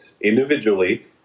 individually